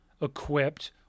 equipped